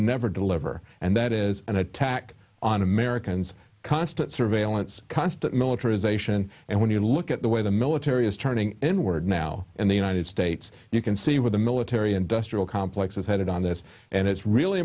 never deliver and that is an attack on americans constant surveillance constant militarization and when you look at the way the military is turning inward now in the united states you can see where the military industrial complex is headed on this and it's really